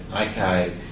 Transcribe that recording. okay